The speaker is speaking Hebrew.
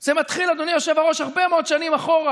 זה מתחיל, אדוני היושב-ראש, הרבה מאוד שנים אחורה.